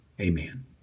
amen